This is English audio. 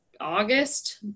August